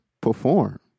perform